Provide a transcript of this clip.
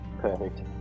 perfect